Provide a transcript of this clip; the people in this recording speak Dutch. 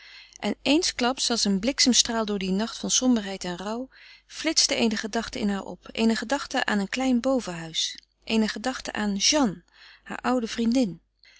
en eensklaps als een bliksemstraal door dien nacht van somberheid en rouw flitste eene gedachte in haar op eene gedachte aan een klein bovenhuis eene gedachte aan jeanne haar oude vriendin